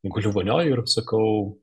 guliu vonioj ir sakau